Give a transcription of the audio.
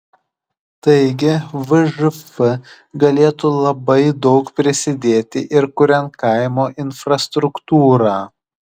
taigi vžf galėtų labai daug prisidėti ir kuriant kaimo infrastruktūrą